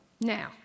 Now